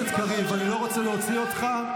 לא מכירים אותך.